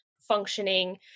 functioning